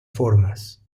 formas